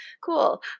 cool